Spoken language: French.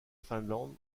finlande